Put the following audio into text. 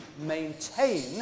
maintain